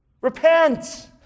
Repent